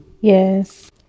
yes